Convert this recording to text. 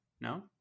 No